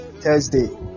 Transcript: Thursday